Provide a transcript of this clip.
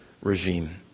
regime